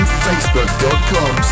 Facebook.com